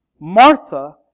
Martha